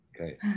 Okay